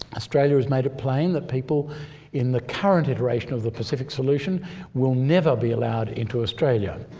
australia has made it plain that people in the current iteration of the pacific solution will never be allowed into australia.